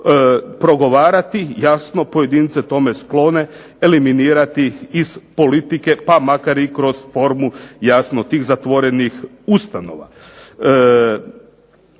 progovarati, jasno pojedince tome sklone, eliminirati ih iz politike pa makar i kroz formu jasno tih zatvorenih ustanova.